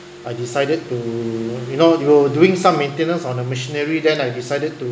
I decided to you know you're doing some maintenance on the machinery then I decided to